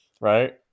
right